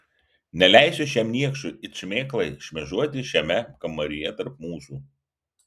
neleisiu šiam niekšui it šmėklai šmėžuoti šiame kambaryje tarp mūsų